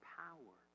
power